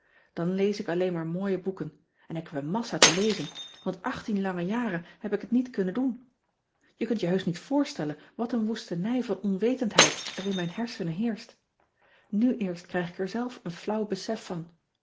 an lees ik alleen maar mooie boeken en ik heb een massa te lezen want lange jaren heb ik het niet kunnen doen ean ebster adertje angbeen e kunt je heusch niet voorstellen wat een woestenij van onwetendheid er in mijn hersenen heerscht u eerst krijg ik er zelf een flauw besef van